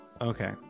okay